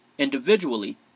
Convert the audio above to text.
individually